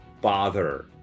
bother